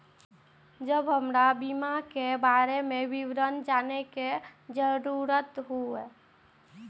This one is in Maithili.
जब हमरा बीमा के बारे में विवरण जाने के जरूरत हुए?